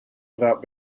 without